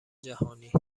جهانی